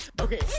Okay